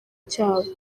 cyabo